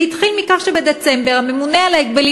זה התחיל מכך שבדצמבר הממונה על ההגבלים